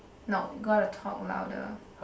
no gotta talk louder